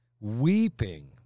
weeping